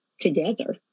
together